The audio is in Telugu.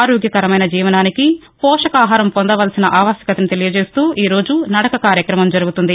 ఆరోగ్యకరమైన జీవనానికి పోషకాహారం పొందవలసిన ఆవశ్యకతను తెలియజేస్తూ ఈ రోజు నడక కార్యక్రమం జరుగుతోంది